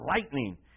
lightning